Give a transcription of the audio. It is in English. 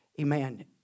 Amen